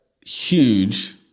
huge